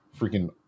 freaking